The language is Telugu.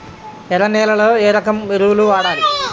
ఎర్ర నేలలో ఏ రకం ఎరువులు వాడాలి?